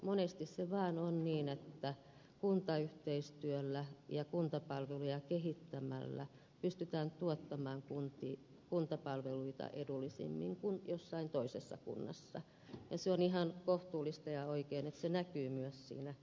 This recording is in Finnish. monesti se vaan on niin että kuntayhteistyöllä ja kuntapalveluja kehittämällä pystytään tuottamaan kuntapalveluita edullisemmin kuin jossain toisessa kunnassa ja on ihan kohtuullista ja oikein että se näkyy myös veroprosentissa